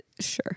Sure